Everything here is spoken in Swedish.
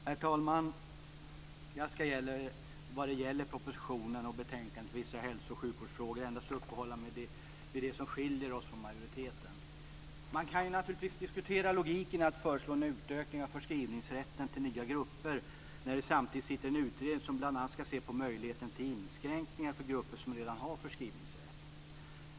Herr talman! Jag ska vad gäller propositionen och betänkandet Vissa hälso och sjukvårdsfrågor endast uppehålla mig vid det som skiljer oss från majoriteten. Man kan naturligtvis diskutera logiken i att föreslå en utökning av förskrivningsrätten till nya grupper när det samtidigt sitter en utredning som bl.a. ska se på möjligheterna till inskränkningar för grupper som redan har förskrivningsrätt.